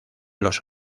los